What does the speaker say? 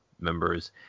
members